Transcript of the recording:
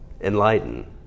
Enlighten